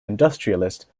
industrialist